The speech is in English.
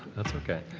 that's okay.